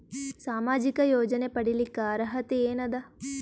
ಸಾಮಾಜಿಕ ಯೋಜನೆ ಪಡಿಲಿಕ್ಕ ಅರ್ಹತಿ ಎನದ?